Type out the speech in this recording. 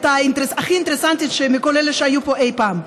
הכי אינטרסנטית מכל אלה שהיו פה אי-פעם.